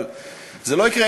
אבל זה לא יקרה,